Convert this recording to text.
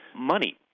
money